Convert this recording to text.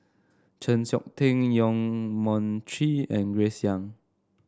Chng Seok Tin Yong Mun Chee and Grace Young